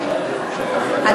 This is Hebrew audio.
ההצעה,